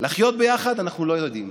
לחיות ביחד אנחנו לא יודעים.